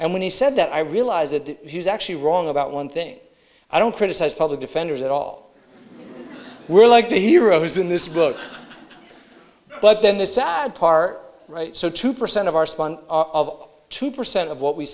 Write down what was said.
and when he said that i realized that he was actually wrong about one thing i don't criticize public defenders at all we're like the heroes in this book but then the sad part right so two percent of our spawn of two percent of what we